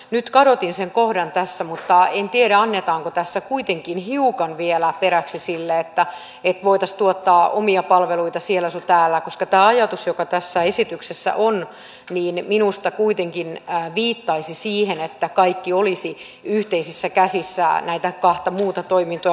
nyt kadotin sen kohdan tässä mutta en tiedä annetaanko tässä kuitenkin hiukan vielä periksi sille että voitaisiin tuottaa omia palveluita siellä sun täällä koska tämä ajatus joka tässä esityksessä on minusta kuitenkin viittaisi siihen että kaikki olisi yhteisissä käsissä näitä kahta muuta toimintoa lukuun ottamatta